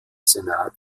senat